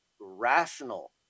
rational